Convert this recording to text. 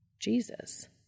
Jesus